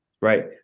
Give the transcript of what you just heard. right